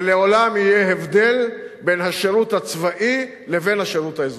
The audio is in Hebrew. ולעולם יהיה הבדל בין השירות הצבאי לבין השירות האזרחי.